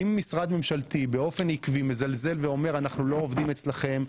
אם משרד ממשלתי באופן עקבי מזלזל ואומר: אנחנו לא עובדים אצלכם,